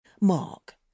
Mark